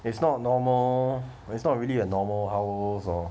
it's not normal it's not really a normal house or